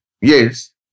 Yes